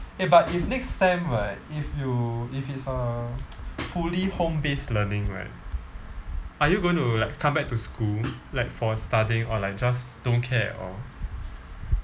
eh but if next sem right if you if it's a fully home based learning right are you going to like come back to school like for studying or like just don't care at all